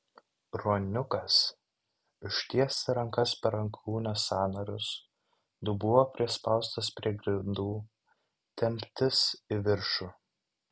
ruoniukas ištiesti rankas per alkūnės sąnarius dubuo prispaustas prie grindų temptis į viršų